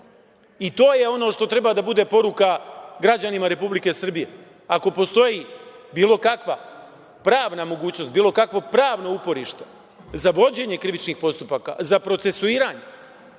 i to je ono što treba da bude poruka građanima Republike Srbije. Ako postoji bilo kakva pravna mogućnost, bilo kakvo pravno uporište za vođenje krivičnih postupaka, za procesuiranje,